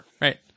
Right